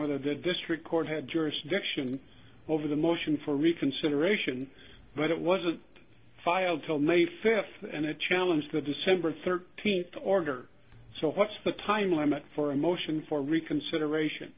whether the district court had jurisdiction over the motion for reconsideration but it wasn't filed till may fifth and a challenge to the december thirteenth order so what's the time limit for a motion for reconsideration